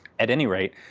at any rate,